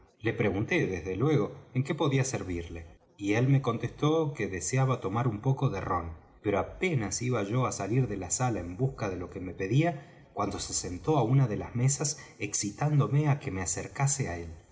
le pregunté desde luego en qué podía servirle y él me contestó que deseaba tomar un poco de rom pero apenas iba yo á salir de la sala en busca de lo que pedía cuando se sentó á una de las mesas excitándome á que me acercase á él